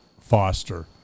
Foster